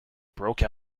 broke